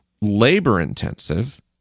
labor-intensive